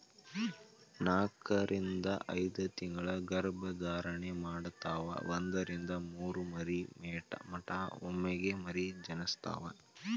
ನಾಕರಿಂದ ಐದತಿಂಗಳ ಗರ್ಭ ಧಾರಣೆ ಮಾಡತಾವ ಒಂದರಿಂದ ಮೂರ ಮರಿ ಮಟಾ ಒಮ್ಮೆಗೆ ಮರಿ ಜನಸ್ತಾವ